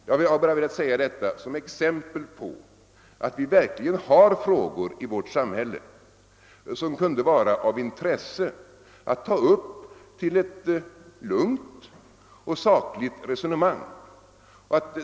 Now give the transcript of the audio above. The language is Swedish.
Jag har bara velat säga detta för att ge exempel på att det verkligen finns frågor i vårt samhälle som det kunde vara av intresse att ta upp till lugnt och sakligt resonemang.